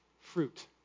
fruit